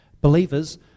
believers